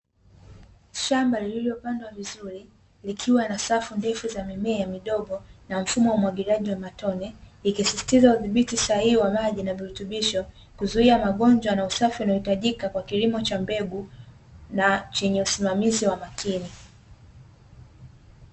Shamba lililopandwa vizuri, likiwa na safu ndefu za mimea midogo na mfumo wa umwagiliaji wa matone, ikisistiza udhibiti sahihi wa maji na virutubisho, kuzuia magonjwa na usafi unaohitajika kwa kilimo cha mbegu na chenye usimamizi wa makini.